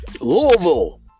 Louisville